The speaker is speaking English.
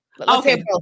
Okay